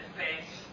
face